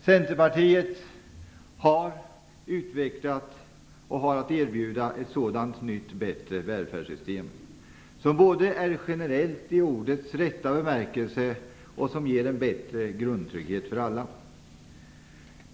Centerpartiet har utvecklat och kan erbjuda ett sådant nytt och bättre välfärdssystem, som både är generellt i ordets rätta bemärkelse och ger en bättre grundtrygghet för alla.